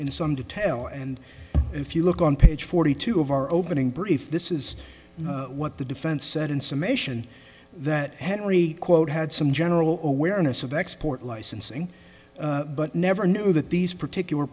in some detail and if you look on page forty two of our opening brief this is what the defense said in summation that henry quote had some general awareness of export licensing but never knew that these particular